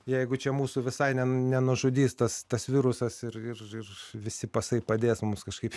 jeigu čia mūsų visai ne nenužudys tas tas virusas ir ir visi pasai padės mus kažkaip